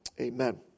amen